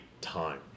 time